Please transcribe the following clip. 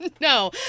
no